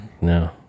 No